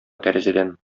тәрәзәдән